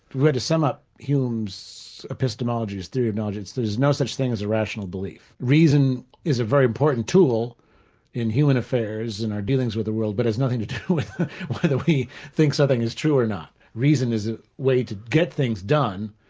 to sum up hume's epistemologies, theories of knowledge, there's no such thing as a rational belief. reason is a very important tool in human affairs, in our dealings with the world, but has nothing to do with whether we think something is true or not. reason is a way to get things done,